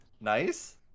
nice